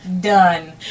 done